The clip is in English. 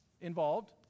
involved